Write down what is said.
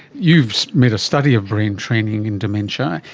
you've made a study of brain training in dementia.